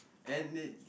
and it